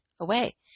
away